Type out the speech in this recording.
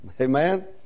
Amen